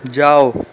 যাও